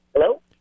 Hello